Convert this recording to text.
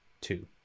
two